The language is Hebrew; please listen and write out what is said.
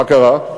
מה קרה?